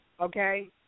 okay